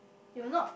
you will not